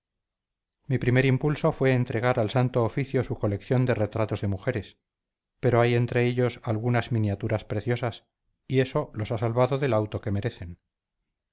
mi primer impulso fue entregar al santo oficio su colección de retratos de mujeres pero hay entre ellos algunas miniaturas preciosas y eso los ha salvado del auto que merecen